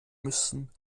müssen